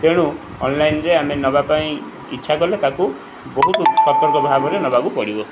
ତେଣୁ ଅନ୍ଲାଇନ୍ରେ ଆମେ ନେବା ପାଇଁ ଇଚ୍ଛା କଲେ ତାକୁ ବହୁତ ସତର୍କ ଭାବରେ ନେବାକୁ ପଡ଼ିବ